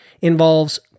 involves